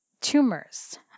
tumors